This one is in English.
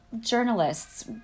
journalists